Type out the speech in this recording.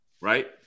right